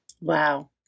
Wow